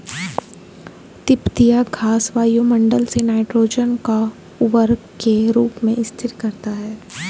तिपतिया घास वायुमंडल से नाइट्रोजन को उर्वरक के रूप में स्थिर करता है